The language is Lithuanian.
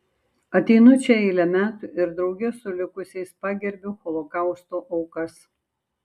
ateinu čia eilę metų ir drauge su likusiais pagerbiu holokausto aukas